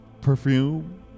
perfume